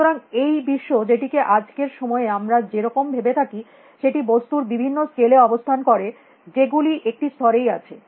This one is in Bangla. সুতরাং এই বিশ্ব যেটিকে আজকের সময়ে আমরা যে রকম ভেবে থাকি সেটি বস্তুর বিভিন্ন স্কেল এ অবস্থান করে যেগুলি একটি স্তরেই আছে